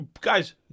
guys